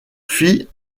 fit